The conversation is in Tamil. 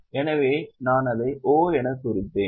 எனவே நான் அதை O எனக் குறித்தேன்